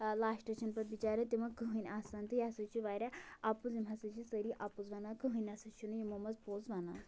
ٲں لاسٹَس چھُنہٕ پتہٕ بِچاریٚن تِمن کٕہٲنۍ آسان تہٕ یہِ ہسا چھُ واریاہ اَپُز یِم ہسا چھِ سٲری اَپُز وَنان کٕہٲنۍ نَہ سا چھُنہٕ یِمو منٛز پوٚز وَنان